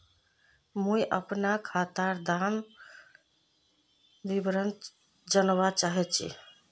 मुई अपना खातादार विवरण जानवा चाहची?